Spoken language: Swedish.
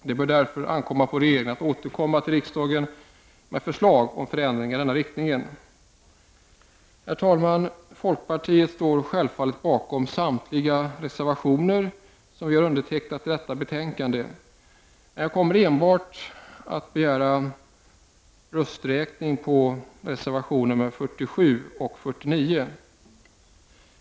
Det bör därför ankomma på regeringen att återkomma till riksdagen med förslag om förändringar i denna riktning. Herr talman! Folkpartiet står självfallet bakom samtliga reservationer som vi har fogat till detta betänkande, men jag kommer enbart att begära rösträkning på reservationerna nr 53 och 49.